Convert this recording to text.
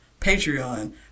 Patreon